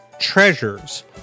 treasures